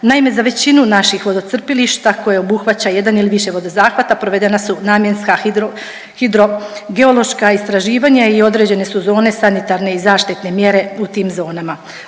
Naime, za većinu naših vodocrpilišta koje obuhvaća jedan ili više vodozahvata provedena su namjenska hidrogeološka istraživanja i određene su zone sanitarne i zaštitne mjere u tim zonama.